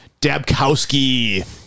Dabkowski